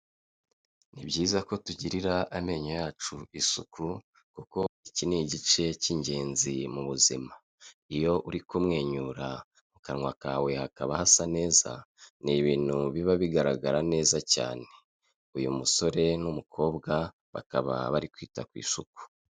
Nibyiza ko tugirira amenyo yacu isuku kuko iki n’igice cy'ingenzi mu buzima iyo uri kumwenyura mu kanwa kawe hakaba hasa neza n’ibintu biba bigaragara neza cyane ,uyu musore n'umukobwa bakaba bari kwita kw’isuku.